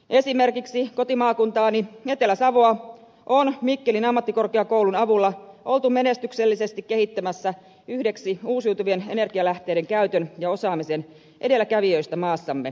esimerkiksi kotimaakuntaani etelä savoa on mikkelin ammattikorkeakoulun avulla oltu menestyksellisesti kehittämässä yhdeksi uusiutuvien energialähteiden käytön ja siihen liittyvän osaamisen edelläkävijöistä maassamme